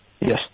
Yes